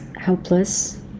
helpless